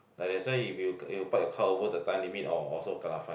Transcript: like I say if you you park your car over the time limit orh also kena fine